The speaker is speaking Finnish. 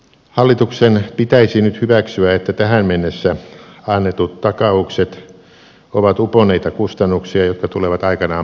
hallituksen pitäisi nyt hyväksyä että tähän mennessä annetut takaukset ovat uponneita kustannuksia jotka tulevat aikanaan maksettavaksi